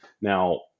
Now